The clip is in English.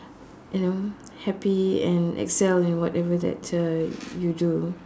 you know happy and excel in whatever that uh you do